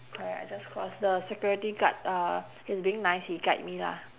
correct I just cross the security guard uh he's being nice he guide me lah